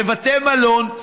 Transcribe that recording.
בבתי מלון,